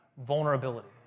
vulnerability